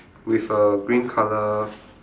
with a green colour